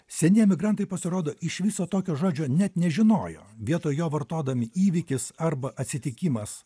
seni emigrantai pasirodo iš viso tokio žodžio net nežinojo vietoj jo vartodami įvykis arba atsitikimas